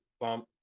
bump